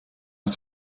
was